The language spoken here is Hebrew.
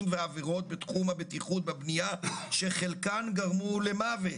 ועבירות בתחום הבטיחות והבניה שחלקם גרמו למוות".